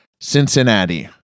Cincinnati